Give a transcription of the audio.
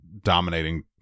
dominating